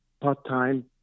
part-time